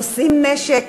נושאים נשק,